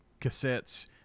cassettes